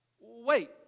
Wait